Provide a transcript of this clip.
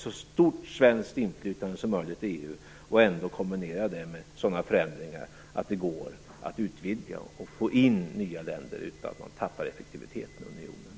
så stort svenskt inflytande som möjligt i EU och ändå kombinera det med sådana förändringar att det går att utvidga och få in nya länder utan att man tappar effektiviteten i unionen.